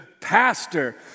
pastor